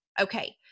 Okay